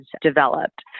developed